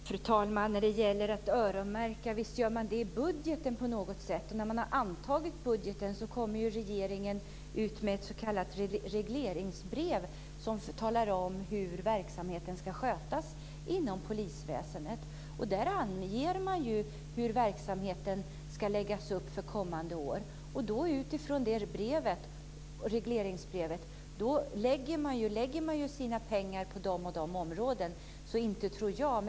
Fru talman! Visst öronmärker man i budgeten på något sätt. När man har antagit budgeten kommer ju regeringen med ett s.k. regleringsbrev som talar om hur verksamheten ska skötas inom polisväsendet. Där anger man ju hur verksamheten ska läggas upp för kommande år. Utifrån det regleringsbrevet lägger man sina pengar på olika områden.